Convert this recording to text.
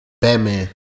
Batman